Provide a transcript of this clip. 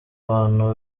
bantu